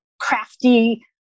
crafty